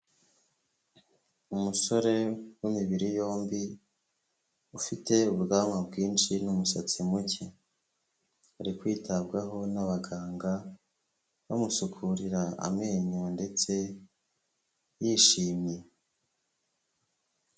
Umusore w'imibiri yombi, ufite ubwanwa bwinshi n'umusatsi muke, ari kwitabwaho n'abaganga bamusukurira amenyo ndetse yishimye.